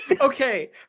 Okay